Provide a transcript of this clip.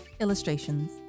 Illustrations